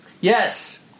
Yes